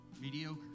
mediocre